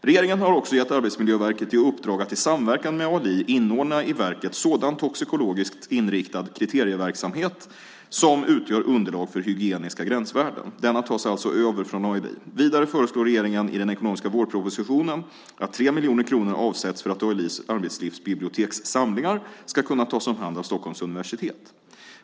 Regeringen har också gett Arbetsmiljöverket i uppdrag att i samverkan med ALI inordna i verket sådan toxikologiskt inriktad kriterieverksamhet som utgör underlag för hygieniska gränsvärlden. Denna tas alltså över från ALI. Vidare föreslår regeringen i den ekonomiska vårpropositionen att 3 miljoner kronor avsätts för att ALI:s arbetslivsbiblioteks samlingar ska kunna tas om hand av Stockholms universitet.